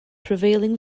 prevailing